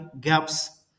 gaps